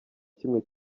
kimwe